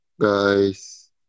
guys